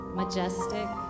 majestic